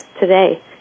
today